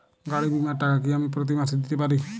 গাড়ী বীমার টাকা কি আমি প্রতি মাসে দিতে পারি?